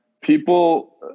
People